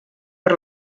per